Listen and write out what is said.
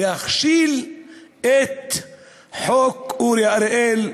להכשיל את חוק אורי אריאל.